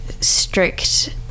strict